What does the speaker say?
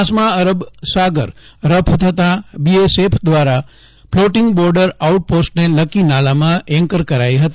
F જૂન માસમાં અરબ સાગર રફ થતાં બીએસએફ દ્વારા ફ્લોટિંગ બોર્ડર આઉટ પોસ્ટને લક્કી નાલામાં એન્કર કરાઇ હતી